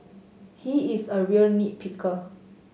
he is a real nit picker